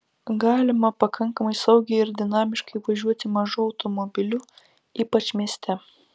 galima pakankamai saugiai ir dinamiškai važiuoti mažu automobiliu ypač mieste